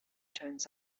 turns